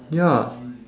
ya